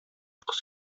кыз